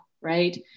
right